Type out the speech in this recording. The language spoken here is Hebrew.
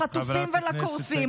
לחטופים ולקרובים.